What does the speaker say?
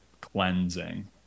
cleansing